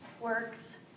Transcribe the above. works